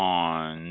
on